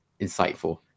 insightful